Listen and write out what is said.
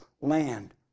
land